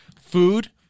food